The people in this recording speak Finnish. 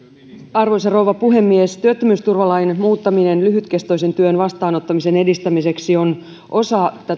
arvoisa rouva puhemies työttömyysturvalain muuttaminen lyhytkestoisen työn vastaanottamisen edistämiseksi on osa